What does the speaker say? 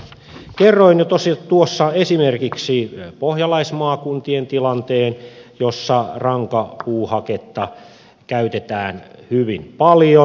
kerroin jo tuossa esimerkiksi pohjalaismaakuntien tilanteen siellä rankapuuhaketta käytetään hyvin paljon